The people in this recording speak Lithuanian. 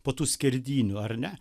po tų skerdynių ar ne